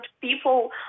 people